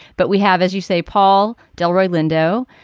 but we have, as you say, paul delroy lindo.